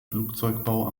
flugzeugbau